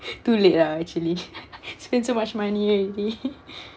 too late lah actually spend so much money already